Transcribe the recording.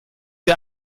wir